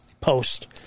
post